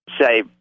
say